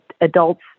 Adults